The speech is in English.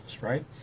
right